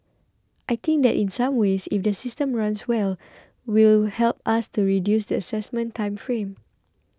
I think that in some ways if the system runs well will help us to reduce the assessment time frame